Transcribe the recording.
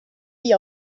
wie